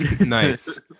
Nice